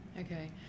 Okay